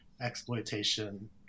exploitation